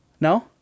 No